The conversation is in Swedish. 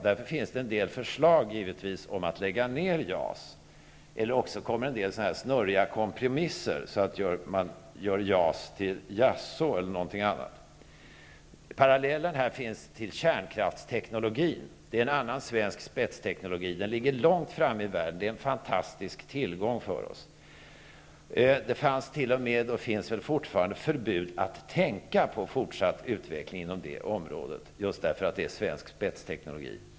Därför finns det givetvis en del förslag om att lägga ned JAS, eller också blir en del snurriga kompromisser, så att man gör JAS till jaså eller något annat. Man kan dra en parallell till kärnkraftsteknologin, en annan svensk spetsteknologi. Den ligger långt fram i världen, och den är en fantastisk tillgång för oss. Det fanns t.o.m., och finns väl fortfarande, förbud att tänka på fortsatt utveckling inom det området just därför att det är svensk spetsteknologi.